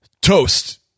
Toast